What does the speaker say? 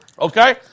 okay